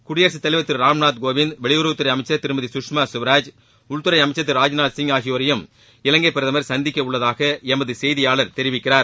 குடியரசுத் தலைவர் திரு ராம்நாத் கோவிந்த் வெளியுறவு அமைச்சர் திருமதி கஷ்மா கவராஜ் உள்துறை அமைச்சர் திரு ராஜ்நாத் சிங் ஆகியோரையும் இலங்கை பிரதமர் சந்திக்க உள்ளதாக எமது செய்தியாளர் தெரிவிக்கிறார்